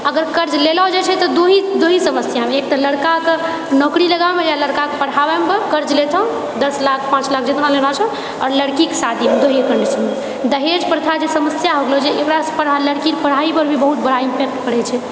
अगर कर्ज लेलो जाइत छेै तऽ दू ही दू ही समस्यामे एक तऽ लड़काके नौकरी लगाबएमे या लड़ाकके पढ़ाबएमे कर्ज लेतौह दश लाख पाँच लाख जितना लेना छै आओर लड़कीके शादीमे दूइए कन्डिशनमे दहेजप्रथाजे समस्या हो गेलोछै एकरासँ पढ़ाइ लड़कीके पढ़ाइ परभी बहुत बड़ा इम्पैक्ट पड़ैत छे